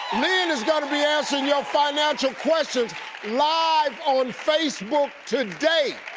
lynn is going to be answering your financial questions live on facebook today.